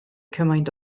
cymaint